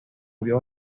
murió